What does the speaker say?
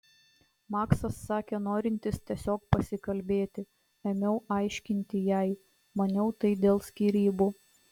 maksas sakė norintis tiesiog pasikalbėti ėmiau aiškinti jai maniau tai dėl skyrybų